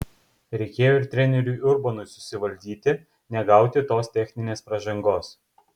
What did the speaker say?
reikėjo ir treneriui urbonui susivaldyti negauti tos techninės pražangos